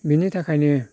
बेनि थाखायनो